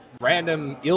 random